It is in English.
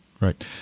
right